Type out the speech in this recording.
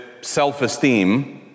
self-esteem